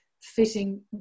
fitting